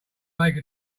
make